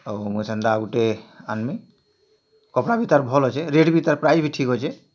ଆଉ ମୁଇଁ ସେନ୍ତା ଆଉ ଗୁଟେ ଆନ୍ମି କପ୍ଡ଼ା ବି ତା'ର୍ ଭଲ୍ ଅଛେ ରେଟ୍ ବି ତାର୍ ପ୍ରାଇସ୍ ବି ଠିକ୍ ଅଛେ